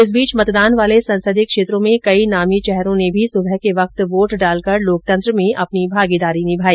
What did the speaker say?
इस बीच मतदान वाले संसदीय क्षेत्रों में कई नामी चेहरों ने भी सुबह के वक्त वोट डालकर लोकतंत्र में अपनी भागीदारी निभाई